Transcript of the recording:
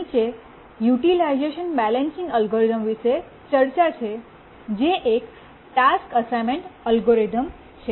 નીચે utilization balancing algorithm વિશે ચર્ચા છે જે એક ટાસ્ક અસાઇનમેન્ટ અલ્ગોરિધમ છે